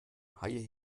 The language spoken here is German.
haie